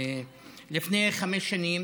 לפני חמש שנים